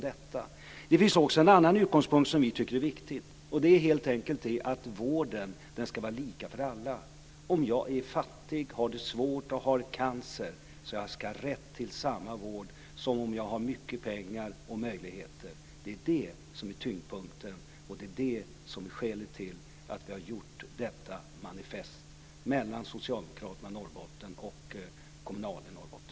Det finns också en annan utgångspunkt som vi tycker är viktig, nämligen att vården ska vara lika för alla. Om jag är fattig, har det svårt och har cancer, ska jag ha rätt till samma vård som om jag har mycket pengar och möjligheter. Det är det som är tyngdpunkten, och det är det som är skälet till att vi har gjort detta manifest mellan socialdemokraterna och